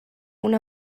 una